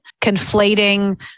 conflating